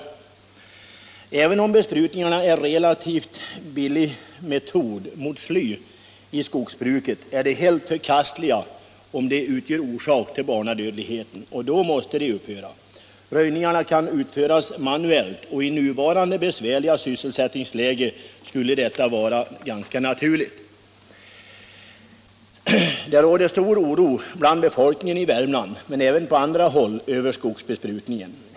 Även om besprutningarna är en relativt billig metod att bekämpa sly i skogen, är de helt förkastliga om de vållat denna barnadödlighet, och då måste de upphöra. Röjningarna kan utföras manuellt, och i nuvarande besvärliga sysselsättningsläge skulle det vara ganska naturligt att så skedde. Det råder stor oro bland befolkningen i Värmland och även på andra håll för skogsbesprutningen.